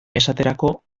esaterako